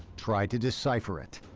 try to decipher it.